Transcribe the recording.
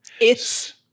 It's-